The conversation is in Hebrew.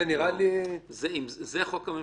זה נראה לי --- זה החוק הממשלתי.